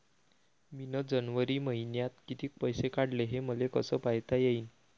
मिन जनवरी मईन्यात कितीक पैसे काढले, हे मले कस पायता येईन?